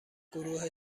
گروه